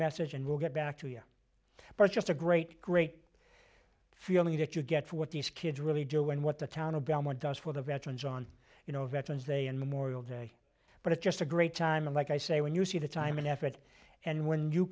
message and we'll get back to you but just a great great feeling that you get for what these kids really do and what the town of belmont does for the veterans on you know veterans day and memorial day but it's just a great time and like i say when you see the time and effort and when you